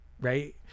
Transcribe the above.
right